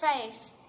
faith